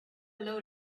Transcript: load